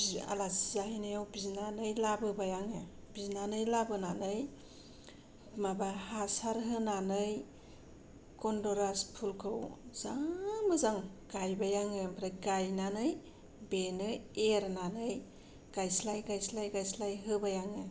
आलासि जाहैनायाव बिनानै लाबोबाय आङो बिनानै लाबोनानै माबा हासार होनानै गन्ध'राज फुलखौ जा मोजां गायबाय आङो ओमफ्राय गायनानै बेनो एरनानै गायस्लाय गायस्लाय गायस्लाय होबाय आङो